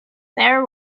there